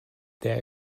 der